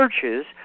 churches